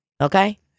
Okay